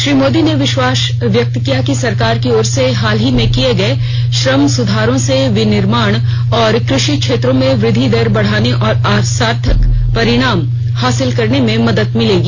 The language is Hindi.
श्री मोदी ने विश्वास व्यक्त किया कि सरकार की ओर से हाल ही में किए गए श्रम सुधारों से विनिर्माण और कृषि क्षेत्रों में वृद्धि दर बढाने और सार्थक परिणाम हासिल करने में मदद मिलेगी